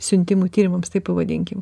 siuntimų tyrimams taip pavadinkim